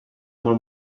molt